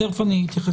כן.